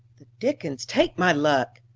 the dickens take my luck!